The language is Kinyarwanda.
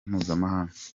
mpuzamahanga